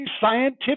scientific